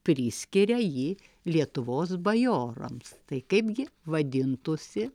priskiria jį lietuvos bajorams tai kaipgi vadintųsi